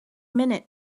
minute